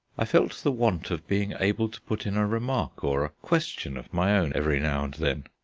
i felt the want of being able to put in a remark or a question of my own every now and then.